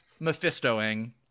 Mephistoing